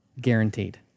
guaranteed